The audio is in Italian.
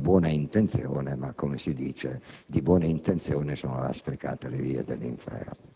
buone intenzioni, ma - come si dice - di buone intenzioni sono lastricate le vie dell'inferno.